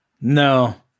No